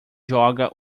joga